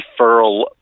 referral